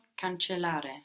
cancellare